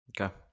Okay